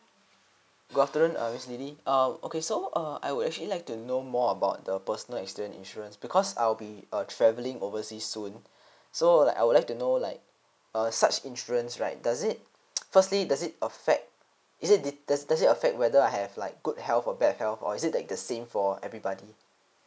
good afternoon uh miss lily um okay so uh I would actually like to know more about the personal accident insurance because I will be uh travelling oversea soon so like I would like to know like uh such insurance right does it firstly does it affect is it does does it affect whether I have like good health or bad health or is it like the same for everybody